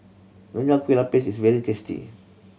Nonya Kueh Lapis is very tasty